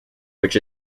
which